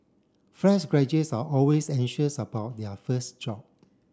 fresh graduates are always anxious about their first job